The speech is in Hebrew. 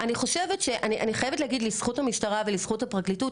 אני חייבת להגיד לזכות המשטרה ולזכות הפרקליטות,